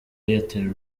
airtel